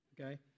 Okay